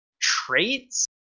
traits